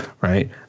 right